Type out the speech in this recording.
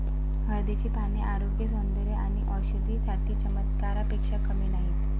हळदीची पाने आरोग्य, सौंदर्य आणि औषधी साठी चमत्कारापेक्षा कमी नाहीत